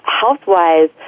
health-wise